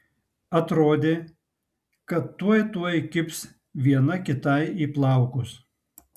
atrodė kad tuoj tuoj kibs viena kitai į plaukus